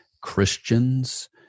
Christians